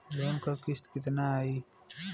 Loan क किस्त कितना आई?